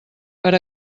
per